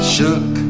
Shook